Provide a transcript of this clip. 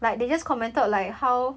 like they just committed like how